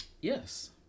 Yes